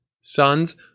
Sons